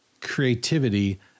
creativity